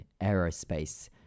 Aerospace